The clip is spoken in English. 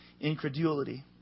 incredulity